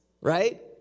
right